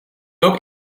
ook